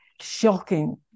shocking